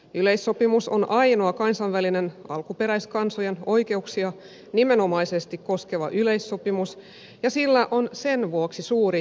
yleissopimus on ainoa kansainvälinen alkuperäiskansojen oikeuksia nimenomaisesti koskeva yleissopimus ja sillä on sen vuoksi suuri symbolimerkitys